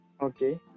Okay